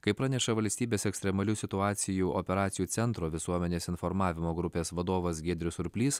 kaip praneša valstybės ekstremalių situacijų operacijų centro visuomenės informavimo grupės vadovas giedrius surplys